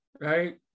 right